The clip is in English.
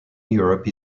europe